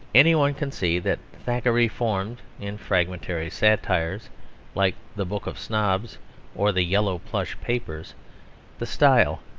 any one can see that thackeray formed in fragmentary satires like the book of snobs or the yellowplush papers the style,